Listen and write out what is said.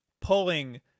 pulling